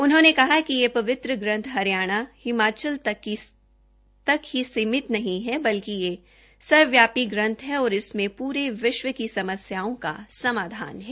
उन्होंने कहा कि यह पवित्र ग्रंथ हरियाणा हिमाचल तक ही सीमित नहीं है बल्कि यह सर्वव्यापी ग्रंथ है और इससे पूरे विश्व की समस्याओं का समाधान है